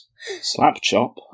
Slap-chop